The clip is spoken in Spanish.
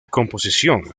composición